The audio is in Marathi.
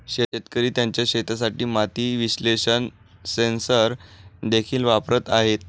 शेतकरी त्यांच्या शेतासाठी माती विश्लेषण सेन्सर देखील वापरत आहेत